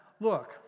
look